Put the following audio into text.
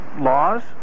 laws